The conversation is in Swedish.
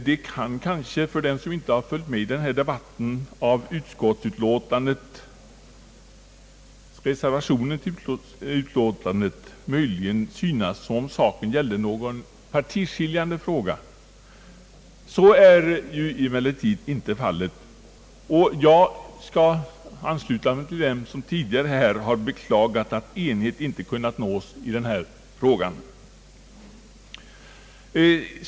Det kan kanske för dem, som inte följt med denna debatt, av utlåtandet och reservationen möjligen synas, som om saken gällde någon partiskiljande fråga. Så är emellertid inte alls fallet, och jag skall ansluta mig till dem som här tidigare har beklagat att enighet inte kunnat ernås i denna fråga.